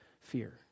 fear